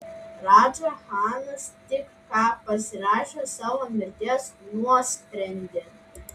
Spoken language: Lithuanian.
radža chanas tik ką pasirašė savo mirties nuosprendį